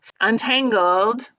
untangled